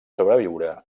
sobreviure